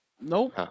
nope